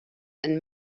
and